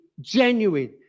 genuine